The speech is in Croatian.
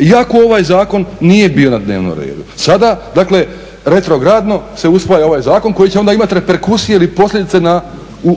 iako ovaj zakon nije bio na dnevnom redu. Sada dakle retrogradno se usvaja ovaj zakon koji će onda imati reperkusije ili posljedice